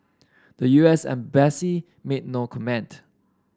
the U S embassy made no comment